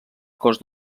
cos